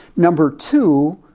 number two,